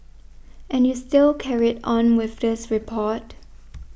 and you still carried on with this report